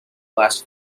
last